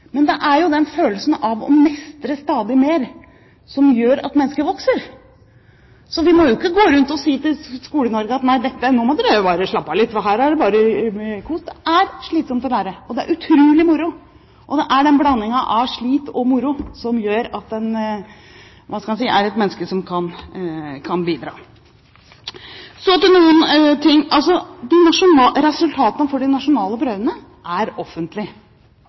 men det er jo følelsen av å mestre stadig mer som gjør at mennesker vokser. Så vi må ikke gå rundt til Skole-Norge og si at nå må dere slappe av litt, for her er det bare kos. Det er slitsomt å lære, det er utrolig moro, og det er blandingen av slit og moro som gjør at en er et menneske som kan bidra. Resultatene av de nasjonale prøvene er offentlige. Det vi ikke gjør, er å offentliggjøre dem gjennom rangering. Det som kan være en utfordring i noen kommuner, er